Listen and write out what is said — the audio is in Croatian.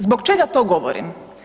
Zbog čega to govorim?